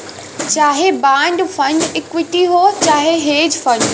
चाहे bond fund equity हौ चाहे हेज फ़ंड